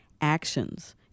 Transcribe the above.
actions